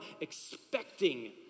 expecting